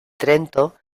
trento